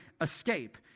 escape